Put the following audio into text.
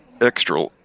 extra